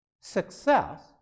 Success